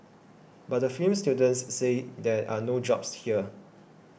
but the film students say there are no jobs here